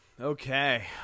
Okay